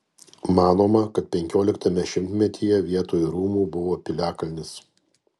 manoma kad penkioliktame šimtmetyje vietoj rūmų buvo piliakalnis